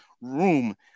room